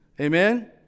Amen